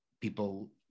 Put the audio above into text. people